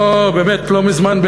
לא מזמן,